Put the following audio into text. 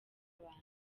abantu